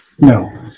No